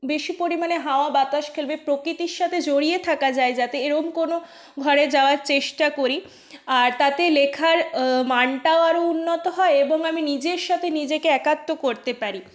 বেশি পরিমাণে হাওয়া বাতাস খেলবে প্রকৃতির সাথে জড়িয়ে থাকা যায় যাতে এরম কোনো ঘরে যাওয়ার চেষ্টা করি আর তাতে লেখার মানটাও আরও উন্নত হয় এবং আমি নিজের সাথে নিজেকে একাত্ম করতে পারি